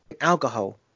alcohol